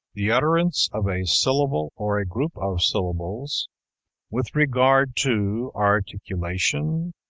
the utterance of a syllable or a group of syllables with regard to articulation,